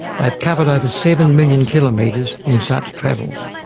they've covered over seven million kilometres in such travels.